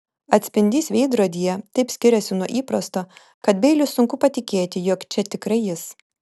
atspindys veidrodyje taip skiriasi nuo įprasto kad beiliui sunku patikėti jog čia tikrai jis